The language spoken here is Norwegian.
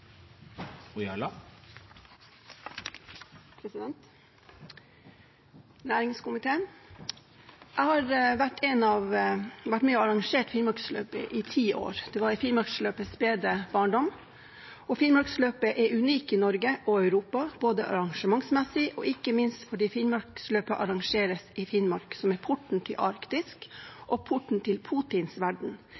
har også en taletid på inntil 3 minutter. Jeg har vært med og arrangere Finnmarksløpet i ti år. Det var i Finnmarksløpets spede barndom. Finnmarksløpet er unikt i Norge og Europa, både arrangementsmessig og ikke minst fordi Finnmarksløpet arrangeres i Finnmark, som er porten til